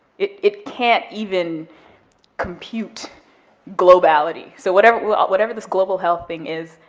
it it can't even compute globality, so whatever whatever this global health thing is,